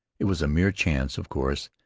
it was mere chance, of course,